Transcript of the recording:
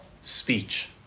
speech